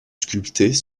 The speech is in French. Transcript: sculptés